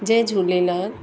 Jay Jhulelal